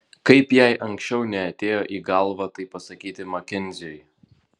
kaip jai anksčiau neatėjo į galvą tai pasakyti makenziui